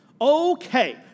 Okay